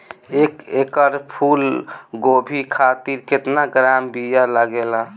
एक एकड़ फूल गोभी खातिर केतना ग्राम बीया लागेला?